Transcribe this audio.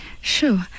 Sure